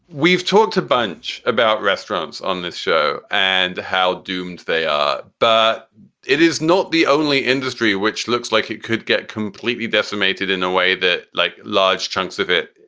we've talked a bunch about restaurants on this show and how doomed they are. but it is not the only industry which looks like it could get completely decimated in a way that, like large chunks of it,